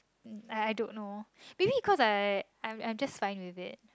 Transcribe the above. I I don't know maybe because I I'm just fine with it